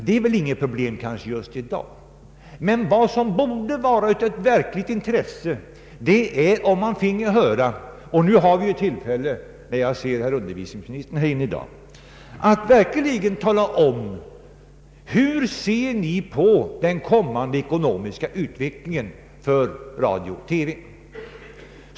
Det är väl inget problem just i dag, men eftersom jag ser att undervisningsministern är i kammaren skulle det vara intressant att av honom få veta hur han ser på den kommande ekonomiska utvecklingen för radio och TV.